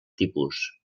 tipus